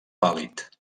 pàl·lid